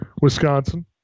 Wisconsin